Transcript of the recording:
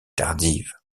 tardive